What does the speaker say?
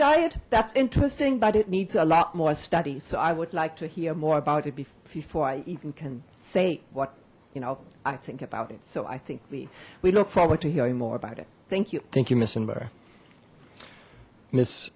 diet that's interesting but it needs a lot more studies so i would like to hear more about it before i even can say what you know i think about it so i think we we look forward to hearing more about it thank you thank you missing bur miss